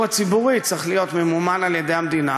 הציבורי צריך להיות ממומן על-ידי המדינה,